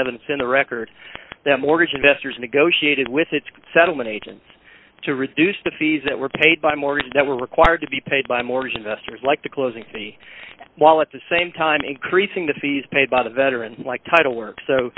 evidence in the record that mortgage investors negotiated with its settlement agents to reduce the fees that were paid by mortgages that were required to be paid by mortgage investors like the closing for me while at the same time increasing the fees paid by the veteran like title